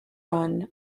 run